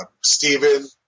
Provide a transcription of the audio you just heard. Stephen